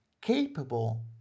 capable